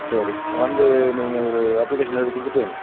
சரி வந்து நீங்கள் ஒரு அப்ளிகேஷன் எழுதிக் கொடுத்துட்டு